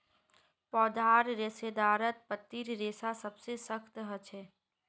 पौधार रेशेदारत पत्तीर रेशा सबसे सख्त ह छेक